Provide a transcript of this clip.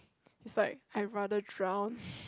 he's like I rather drown